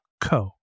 co